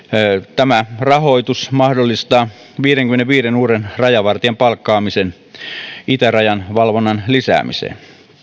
tämä rahoitus mahdollistaa viidenkymmenenviiden uuden rajavartijan palkkaamisen itärajan valvonnan lisäämiseen